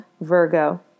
Virgo